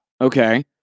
Okay